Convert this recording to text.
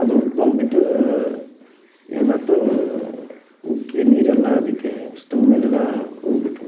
ಅದು ಉಕ್ಕಿ ಬಂದ್ಬಿಟ್ಟು ಏನಾಯ್ತು ಉಕ್ಕಿ ನೀರೆಲ್ಲ ಅದಕ್ಕೆ ಸ್ಟೌವ್ ಮೇಲೆಲ್ಲ ಹೋಗ್ಬಿಟ್ವು